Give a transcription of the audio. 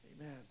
Amen